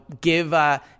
give